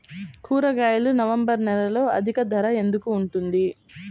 కూరగాయలు నవంబర్ నెలలో అధిక ధర ఎందుకు ఉంటుంది?